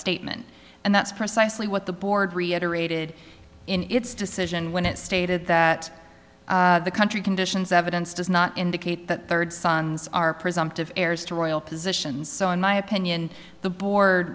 statement and that's precisely what the board reiterated in its decision when it stated that the country conditions evidence does not indicate that third sons are presumptive heirs to royal positions so in my opinion the board